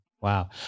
Wow